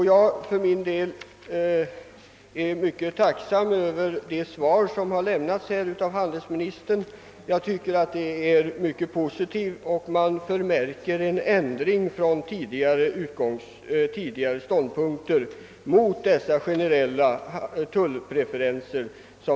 Jag är mycket tacksam över det svar som handelsministern lämnat på min interpellation — svaret är positivt, och man förmärker en ändring från tidigare ståndpunkter till förmån för generella tullpreferenser.